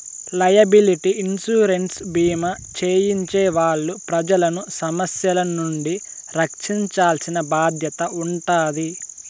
liability insurance భీమా చేయించే వాళ్ళు ప్రజలను సమస్యల నుండి రక్షించాల్సిన బాధ్యత ఉంటాది